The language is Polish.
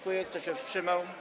Kto się wstrzymał?